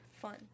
Fun